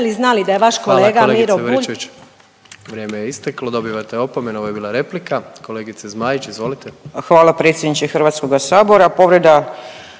Hvala kolegice Baričević, vrijeme je isteklo, dobivate opomenu, ovo je bila replika. Kolegice Zmaić, izvolite. **Zmaić, Ankica (HDZ)** Hvala predsjedniče Hrvatskoga sabora.